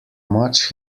much